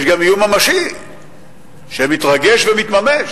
יש גם איום ממשי שמתרגש ומתממש.